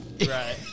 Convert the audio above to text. Right